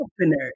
opener